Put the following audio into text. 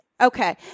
Okay